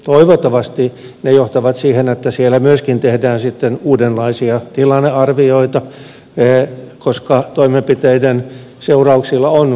toivottavasti ne johtavat siihen että siellä myöskin tehdään sitten uudenlaisia tilannearvioita koska toimenpiteiden seu rauksilla on kustannuksia